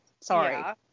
Sorry